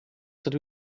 dydw